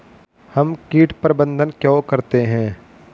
हम कीट प्रबंधन क्यों करते हैं?